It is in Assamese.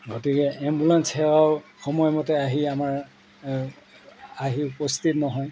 গতিকে এম্বুলেন্স সেৱাও সময়মতে আহি আমাৰ আহি উপস্থিত নহয়